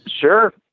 Sure